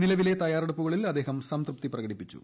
നിലവിലെ തയ്യാറെടുപ്പുകളിൽ അദ്ദേഹം സംതൃപ്തി പ്രകടിപ്പിച്ചു